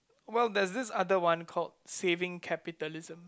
well there's this other one called Saving Capitalism